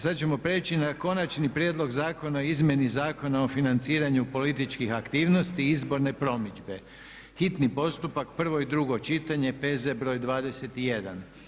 Sada ćemo prijeći na: - Konačni prijedlog Zakona o izmjeni Zakona o financiranju političkih aktivnosti i izborne promidžbe, hitni postupak, prvo i drugo čitanje, P.Z. br. 21.